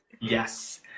Yes